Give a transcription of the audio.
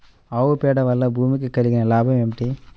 ఆవు పేడ వలన భూమికి కలిగిన లాభం ఏమిటి?